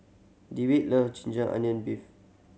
Dewitt love ginger onion beef